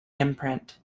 imprint